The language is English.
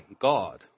God